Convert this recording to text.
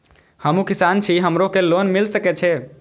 हमू किसान छी हमरो के लोन मिल सके छे?